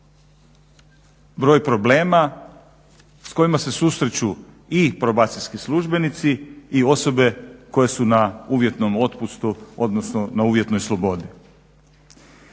broj problema s kojima se susreću i probacijski službenici i osobe koje su na uvjetnom otpustu, odnosno na uvjetnoj slobodi.